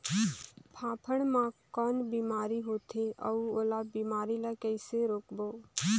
फाफण मा कौन बीमारी होथे अउ ओला बीमारी ला कइसे रोकबो?